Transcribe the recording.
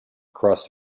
across